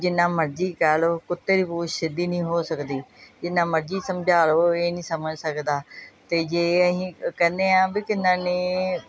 ਜਿੰਨਾ ਮਰਜ਼ੀ ਕਹਿ ਲਓ ਕੁੱਤੇ ਦੀ ਪੂਛ ਸਿੱਧੀ ਨਹੀਂ ਹੋ ਸਕਦੀ ਜਿੰਨਾ ਮਰਜ਼ੀ ਸਮਝਾ ਲਓ ਇਹ ਨਹੀਂ ਸਮਝ ਸਕਦਾ ਅਤੇ ਜੇ ਅਸੀਂ ਕਹਿੰਦੇ ਹਾਂ ਵੀ ਕਿੰਨਾ ਨਹੀਂ